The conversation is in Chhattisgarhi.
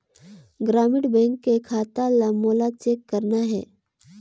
ग्रामीण बैंक के खाता ला मोला चेक करना हे?